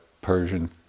Persian